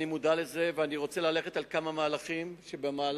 אני מודע לזה ואני רוצה ללכת על כמה מהלכים בשנה,